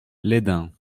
lesdins